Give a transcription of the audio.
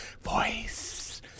voice